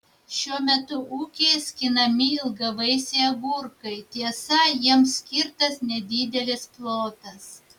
šiuo metu ūkyje skinami ilgavaisiai agurkai tiesa jiems skirtas nedidelis plotas